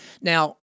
Now